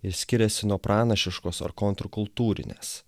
ir skiriasi nuo pranašiškos ar kontr kultūrinės